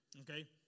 okay